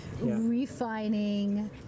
refining